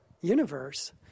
universe